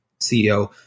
CEO